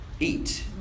eat